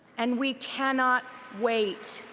and we cannot wait.